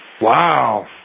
wow